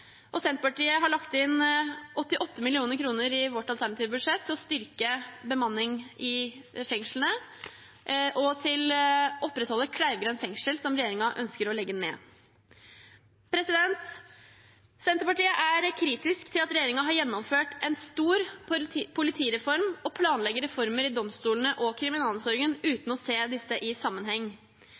fengsler. Senterpartiet har lagt inn 88 mill. kr i sitt alternative budsjett til å styrke bemanningen i fengslene og til å opprettholde Kleivgrend fengsel, som regjeringen ønsker å legge ned. Senterpartiet er kritisk til at regjeringen har gjennomført en stor politireform og planlegger reformer i domstolene og kriminalomsorgen uten å se disse i sammenheng.